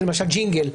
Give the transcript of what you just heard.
למשל ג'ינגל,